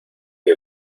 que